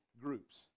groups